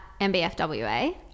MBFWA